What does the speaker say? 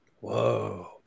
Whoa